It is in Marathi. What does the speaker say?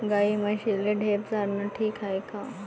गाई म्हशीले ढेप चारनं ठीक हाये का?